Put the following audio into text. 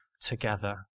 together